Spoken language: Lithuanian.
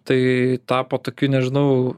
tai tapo tokiu nežinau